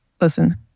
listen